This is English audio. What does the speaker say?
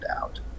out